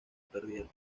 perdieron